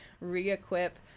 re-equip